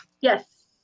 Yes